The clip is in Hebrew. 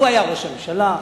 הוא היה ראש הממשלה,